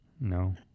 No